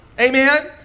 Amen